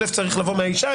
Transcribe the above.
1,000 צריך לבוא מהאישה,